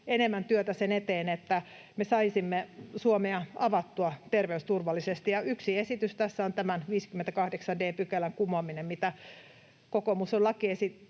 enemmän työtä sen eteen, että me saisimme Suomea avattua terveysturvallisesti, ja yksi esitys tässä on tämän 58 d §:n kumoaminen, jota kokoomus on lakialoitteessaan